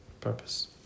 purpose